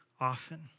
often